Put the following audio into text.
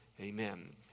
Amen